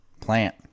Plant